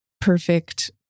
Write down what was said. perfect